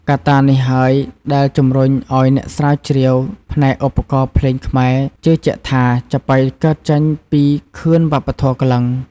កត្តានេះហើយដែលជំរុញឲ្យអ្នកស្រាវជ្រាវផ្នែកឧបករណ៍ភ្លេងខ្មែរជឿជាក់ថា ចាប៉ីកើតចេញពីខឿនវប្បធម៌ក្លិង្គ។